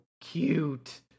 cute